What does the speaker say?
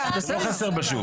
לא חסר בשוק.